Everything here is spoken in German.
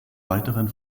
weiteren